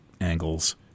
angles